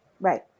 Right